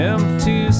Empty